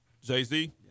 Jay-Z